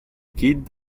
kid